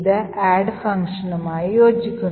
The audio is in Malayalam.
ഇത് add ഫംഗ്ഷനുമായി യോജിക്കുന്നു